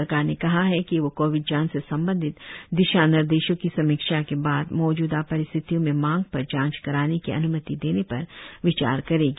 सरकार ने कहा है कि वह कोविड जांच से संबंधित दिशा निर्देशों की समीक्षा के बाद मौजूदा परिस्थितियों में मांग पर जांच कराने की अन्मति देने पर विचार करेगी